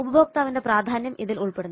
ഉപഭോക്താവിന്റെ പ്രാധാന്യം ഇതിൽ ഉൾപ്പെടുന്നു